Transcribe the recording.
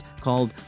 called